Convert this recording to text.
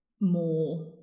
more